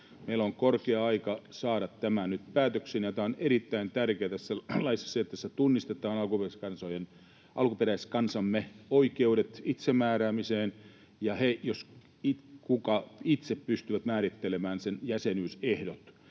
Meillä on korkea aika saada tämä nyt päätökseen, ja tässä laissa on erittäin tärkeää se, että tässä tunnistetaan alkuperäiskansamme oikeudet itsemääräämiseen, ja he jos ketkä itse pystyvät määrittelemään sen jäsenyysehdot.